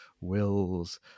Will's